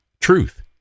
truth